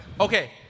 Okay